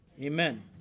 Amen